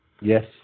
yes